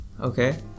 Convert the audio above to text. okay